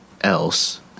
else